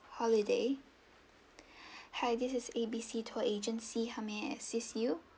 holiday hi this is A B C tour agency how may I assist you